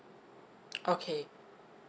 okay